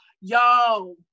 Yo